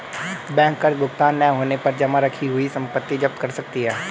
bank कर्ज भुगतान न होने पर जमा रखी हुई संपत्ति जप्त कर सकती है